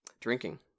drinking